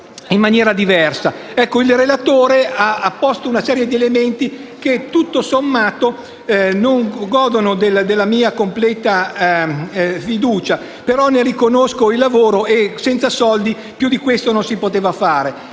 Il relatore ha posto una serie di elementi che, tutto sommato, non godono della mia completa fiducia, ma riconosco il suo lavoro e, senza fondi, più di questo non si poteva fare.